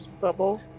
Bubble